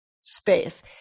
space